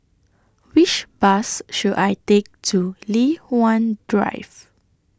Which Bus should I Take to Li Hwan Drive